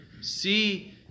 see